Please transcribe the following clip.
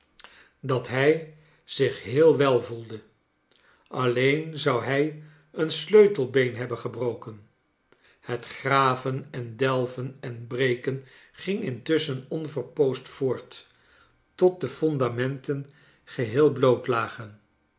dat hij zich heel wel voelde alleen zou hij een eleutelbeen hebben gebroken het graven en delven en breken ging intusschen onverpoosd voort tot de fondamenten geheel bloot lagen